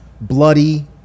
bloody